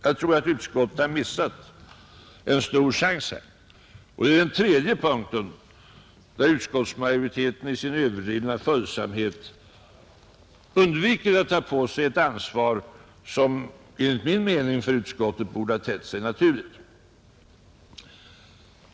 Jag tror att utskottet har missat en stor chans här, och det är den tredje punkten där utskottsmajoriteten i sin överdrivna följsamhet undviker att ta på sig ett ansvar som enligt min mening för utskottet borde ha tett sig naturligt.